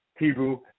Hebrew